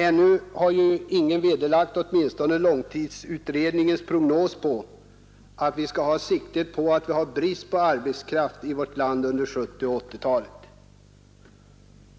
Ännu har ingen vederlagt långtidsutredningens prognos att vi skall räkna med brist på arbetskraft i vårt land under 1970 och 1980-talen.